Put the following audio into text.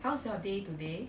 how's your day today